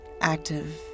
active